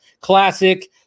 classic